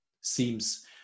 seems